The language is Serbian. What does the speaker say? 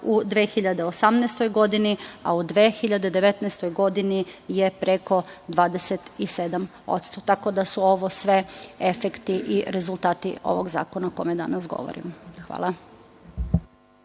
u 2018. godini, a u 2019. godini je preko 27%. Tako da su ovo sve efekti i rezultati ovog zakona o kome danas govorimo. Hvala.